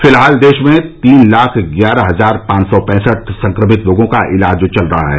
फिलहाल देश में तीन लाख ग्यारह हजार पांच सौ पैंसठ संक्रमित लोगों का इलाज चल रहा है